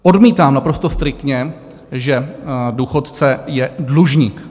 Odmítám naprosto striktně, že důchodce je dlužník.